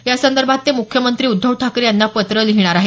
यासंदर्भात ते मुख्यमंत्री उद्धव ठाकरे यांना पत्र लिहिणार आहेत